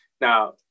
Now